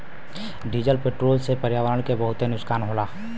diesel petrol से पर्यावरण के बहुते नुकसान होला